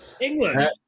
England